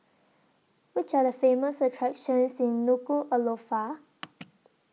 Which Are The Famous attractions in Nuku'Alofa